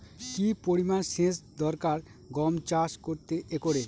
কি পরিমান সেচ দরকার গম চাষ করতে একরে?